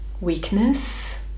weakness